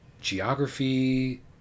geography